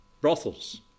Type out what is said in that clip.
Brothels